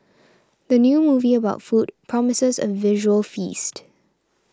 the new movie about food promises a visual feast